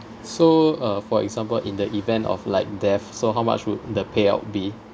so uh for example in the event of like death so how much would the payout be